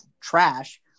trash